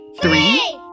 Three